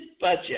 budget